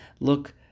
look